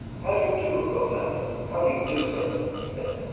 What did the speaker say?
how do you do, lord lambeth how do you do, sir? he said,